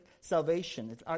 salvation